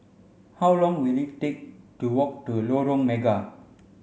how long will it take to walk to Lorong Mega